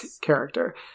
character